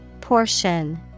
Portion